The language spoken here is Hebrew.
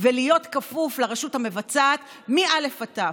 ולהיות כפוף לרשות המבצעת מאל"ף עד תי"ו.